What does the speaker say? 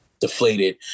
deflated